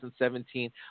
2017